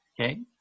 okay